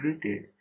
created